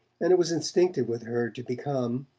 and it was instinctive with her to become,